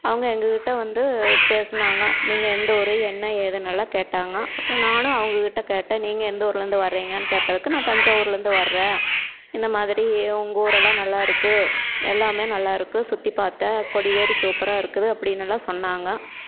அவங்க எங்கக்கிட்டே வந்து பேசினாங்க நீங்கள் எந்த ஊர் என்ன ஏதுனெல்லாம் கேட்டாங்க அப்புறம் நானும் அவங்கக்கிட்ட கேட்டேன் நீங்கள் எந்த ஊர்லேருந்து வர்றீங்கன்னு கேட்டதுக்கு நான் தஞ்சாவூர்லேருந்து வர்றேன் இந்தமாதிரி உங்கள் ஊரெல்லாம் நல்லாயிருக்கு எல்லாமே நல்லாயிருக்கு சுற்றிப் பார்த்தேன் கொடிவேரி சூப்பராக இருக்குது அப்படின்னெல்லாம் சொன்னாங்க